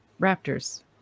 raptors